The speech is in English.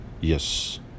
yes